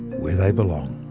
where they belong